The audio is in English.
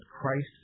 Christ